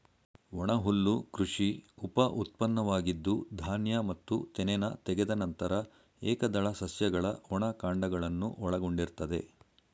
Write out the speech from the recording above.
ಒಣಹುಲ್ಲು ಕೃಷಿ ಉಪಉತ್ಪನ್ನವಾಗಿದ್ದು ಧಾನ್ಯ ಮತ್ತು ತೆನೆನ ತೆಗೆದ ನಂತರ ಏಕದಳ ಸಸ್ಯಗಳ ಒಣ ಕಾಂಡಗಳನ್ನು ಒಳಗೊಂಡಿರ್ತದೆ